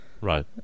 right